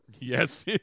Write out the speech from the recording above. Yes